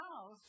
house